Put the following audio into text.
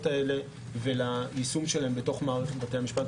האלה וליישום שלהן בתוך מערכת בתי המשפט,